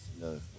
No